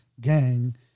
gang